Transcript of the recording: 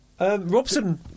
Robson